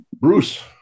Bruce